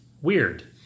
weird